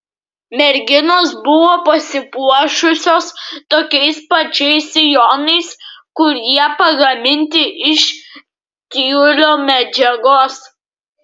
merginos buvo pasipuošusios tokiais pačiais sijonais kurie pagaminti iš tiulio medžiagos